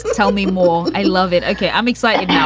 tell me more. i love it. okay. i'm excited. yeah